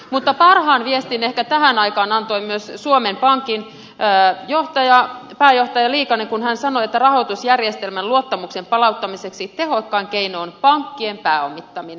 mutta parhaan viestin ehkä tähän aikaan antoi myös suomen pankin pääjohtaja liikanen kun hän sanoi että rahoitusjärjestelmän luottamuksen palauttamiseksi tehokkain keino on pankkien pääomittaminen